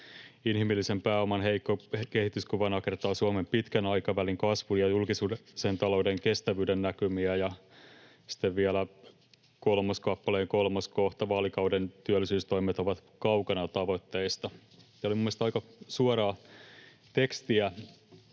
"Inhimillisen pääoman heikko kehityskuva nakertaa Suomen pitkän aikavälin kasvun ja julkisen talouden kestävyyden näkymiä". Sitten on vielä kolmas kappale ja kolmas kohta "Vaalikauden työllisyystoimet ovat kaukana tavoitteista". Tämä oli mielestäni aika suoraa tekstiä,